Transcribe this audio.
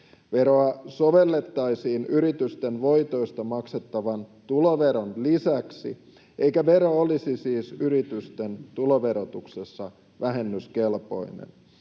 Veroa sovellettaisiin yritysten voitoista maksettavan tuloveron lisäksi, eikä vero olisi siis yritysten tuloverotuksessa vähennyskelpoinen.